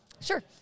Sure